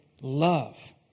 love